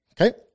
Okay